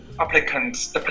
applicants